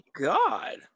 God